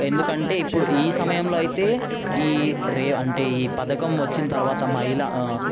ఎందుకంటే ఇప్పుడు ఈ సమయంలో అయితే ఈ రేవ్ అంటే ఈ పథకం వచ్చిన తర్వాత మహిళ